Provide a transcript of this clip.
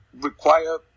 require